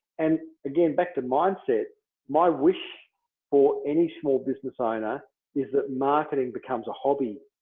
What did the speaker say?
and again, back to mindset my wish for any small business owner is that marketing becomes a hobby.